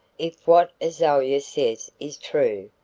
if what azalia says is true,